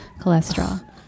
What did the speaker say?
Cholesterol